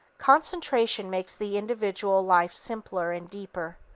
concentration makes the individual life simpler and deeper.